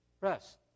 rest